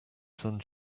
sun